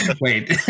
Wait